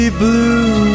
blue